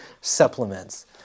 supplements